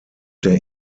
der